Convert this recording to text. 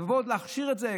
אז לבוא ולהכשיר את זה?